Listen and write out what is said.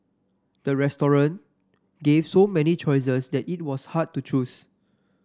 the restaurant gave so many choices that it was hard to choose